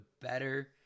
better